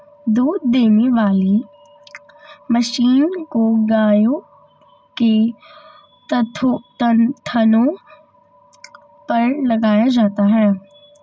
दूध देने वाली मशीन को गायों के थनों पर लगाया जाता है